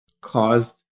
caused